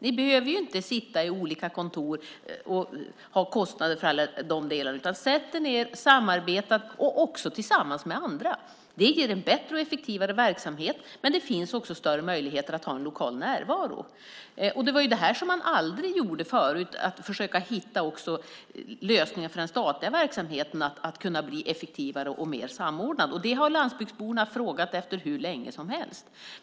Ni behöver inte sitta i olika kontor och ha kostnader för det, utan sätt er ned och samarbeta också med andra. Det ger en bättre och effektivare verksamhet, men det ger också större möjligheter att ha en lokal närvaro. Det var det här som aldrig skedde förut, att försöka hitta lösningar för att göra den statliga verksamheten effektivare och mer samordnad. Detta har landsbygdsborna frågat efter hur länge som helst.